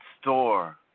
store